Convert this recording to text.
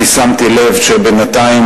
אני שמתי לב שבינתיים